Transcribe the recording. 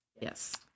Yes